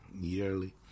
yearly